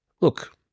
Look